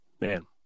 Man